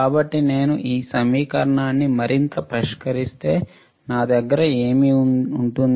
కాబట్టి నేను ఈ సమీకరణాన్ని మరింత పరిష్కరిస్తే నా దగ్గర ఏమి ఉంటుంది